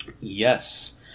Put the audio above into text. Yes